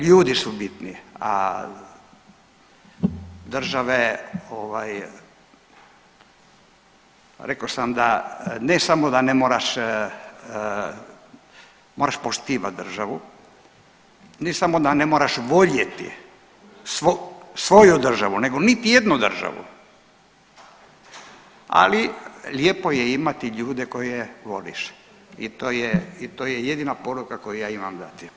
Ljudi su bitni, a države rekao sam da ne samo da ne moraš, moraš poštivat državu, ne samo da ne moraš voljeti svoju državu nego niti jednu državu, ali lijepo je imati ljude koje voliš i to je jedina poruka koju ja imam dati.